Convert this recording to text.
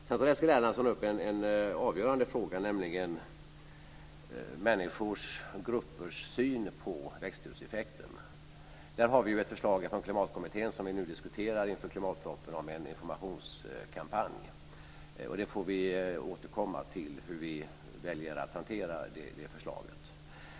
Sedan tar Eskil Erlandsson upp en avgörande fråga, nämligen människors och gruppers syn på växthuseffekten. Vi har ett förslag från Klimatkommittén som vi nu diskuterar inför klimatpropositionen om en informationskampanj. Vi får återkomma till hur vi väljer att hantera det förslaget.